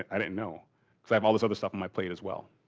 i didn't know because i have all this other stuff in my plate as well.